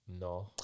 No